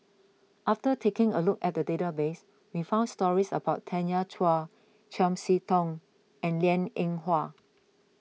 after taking a look at the database we found stories about Tanya Chua Chiam See Tong and Liang Eng Hwa